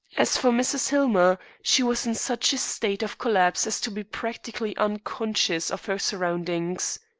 as for mrs. hillmer, she was in such a state of collapse as to be practically unconscious of her surroundings.